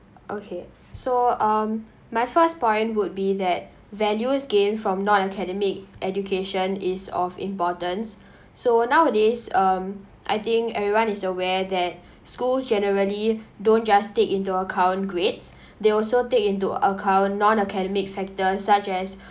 okay so um my first point would be that value is gained from non academic education is of importance so nowadays um I think everyone is aware that schools generally don't just take into account grades they also take into account non academic factors such as